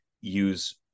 use